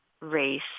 race